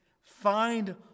find